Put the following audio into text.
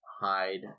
hide